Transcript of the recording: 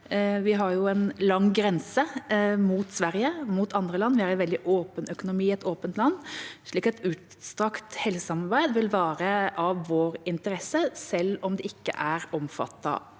Vi har en lang grense mot Sverige, og mot andre land, og vi har en veldig åpen økonomi og er et åpent land, slik at utstrakt helsesamarbeid vil være i vår interesse, selv om det ikke er omfattet